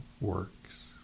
works